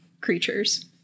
creatures